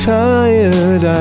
tired